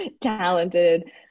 talented